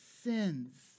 sins